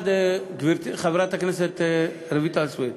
גברתי חברת הכנסת רויטל סויד,